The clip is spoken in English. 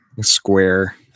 Square